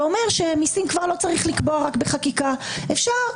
יודע למה, מושך תשומת לב ומושך אמוציות.